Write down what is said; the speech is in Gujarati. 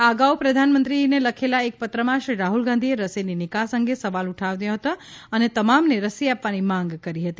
આ અગાઉ પ્રધાનમંત્રીને લખેલા એક પત્રમાં શ્રી રાહ્લ ગાંધીએ રસીની નિકાસ અંગે સવાલ ઉઠાવ્યા હતા અને તમામને રસી આપવાની માંગ કરી હતી